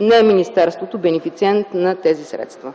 Министерството не е бенефициент на тези средства.